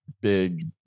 big